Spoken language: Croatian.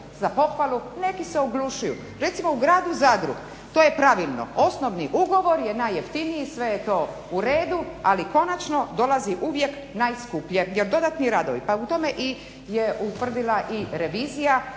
razlike, neki se oglušuju. Recimo u gradu Zadru to je pravilno osnovni ugovor je najjeftiniji, sve je to u redu ali konačno dolazi uvijek najskuplje jer dodatni radovi pa u tome je utvrdila i revizija